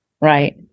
right